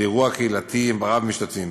לאירוע קהילתי רב-משתתפים.